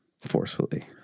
forcefully